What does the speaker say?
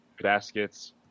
Baskets